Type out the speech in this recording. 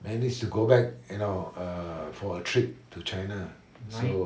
managed to go back you know err for a trip to china so